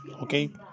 okay